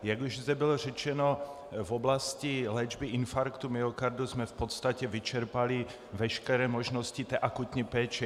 Jak už zde bylo řečeno, v oblasti léčby infarktu myokardu jsme v podstatě vyčerpali veškeré možnosti akutní péče.